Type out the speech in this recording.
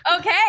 Okay